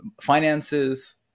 finances